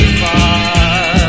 far